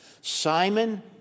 Simon